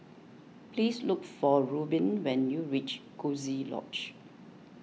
please look for Reubin when you reach Coziee Lodge